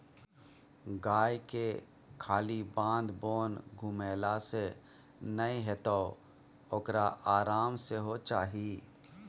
गायके खाली बाध बोन घुमेले सँ नै हेतौ ओकरा आराम सेहो चाही